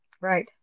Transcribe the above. Right